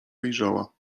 wyjrzała